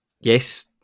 yes